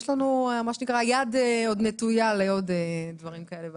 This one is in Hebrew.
היד עוד נטויה לעוד דברים כאלה ואחרים.